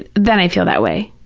then i feel that way.